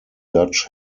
dutch